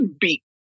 beat